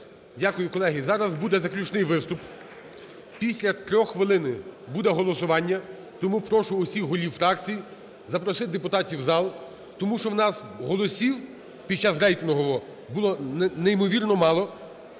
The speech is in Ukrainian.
Дякую. Колеги, зараз буде заключний виступ. Після 3 хвилини буде голосування, тому прошу усіх голів фракцій запросити депутатів в зал, тому що у нас голосів під час рейтингового було неймовірно мало,